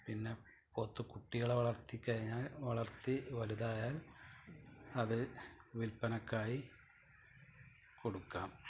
പിന്നെ പോത്തുക്കുട്ടികളെ വളര്ത്തി കഴിഞ്ഞാൽ വളർത്തി വലുതായാൽ അത് വിൽപ്പനയ്ക്കായി കൊടുക്കാം